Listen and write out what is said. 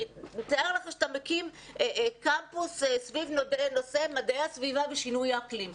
כמו למשל קמפוס סביב נושא מדעי הסביבה ושינוי האקלים,